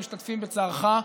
משתתפים בצערך.